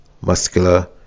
muscular